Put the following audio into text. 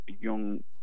young